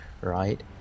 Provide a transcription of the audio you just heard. right